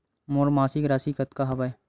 मोर मासिक राशि कतका हवय?